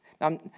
Now